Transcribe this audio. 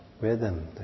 rhythm